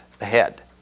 ahead